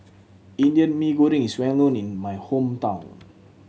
Indian Mee Goreng is well known in my hometown